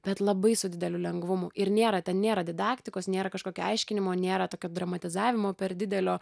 bet labai su dideliu lengvumu ir nėra ten nėra didaktikos nėra kažkokio aiškinimo nėra tokio dramatizavimo per didelio